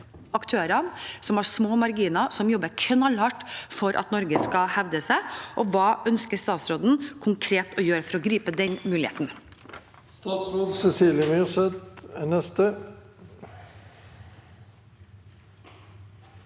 aktørene som har små marginer, og som jobber knallhardt for at Norge skal hevde seg. Hva ønsker statsråden konkret å gjøre for å gripe den muligheten? Statsråd Cecilie Myrseth